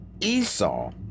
Esau